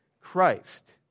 Christ